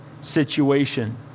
situation